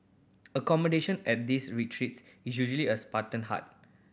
accommodation at these retreats is usually a Spartan hut